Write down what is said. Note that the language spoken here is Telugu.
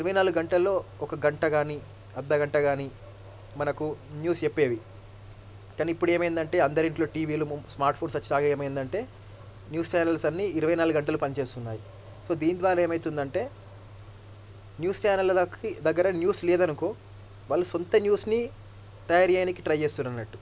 ఇరవై నాలుగు గంటల్లో ఒక గంట గానీ అర్ధగంట గానీ మనకు న్యూస్ చెప్పేవి కానీ ఇప్పుడు ఏమైందంటే అందరి ఇంట్లో టీవీలు స్మార్ట్ ఫోన్స్ వచ్చినాక ఏమైంది అంటే న్యూస్ ఛానల్స్ అన్నీ ఇరవై నాలుగు గంటలు పని చేస్తున్నాయి సో దీని ద్వారా ఏమవుతుందంటే న్యూస్ ఛానల్లకి దగ్గర న్యూస్ లేదనుకో వాళ్ళ సొంత న్యూస్ని తయారు చేయనీకి ట్రై చేస్తున్నారన్నట్టు